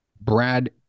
Brad